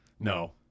No